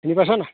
শুনি পাইছ' নাই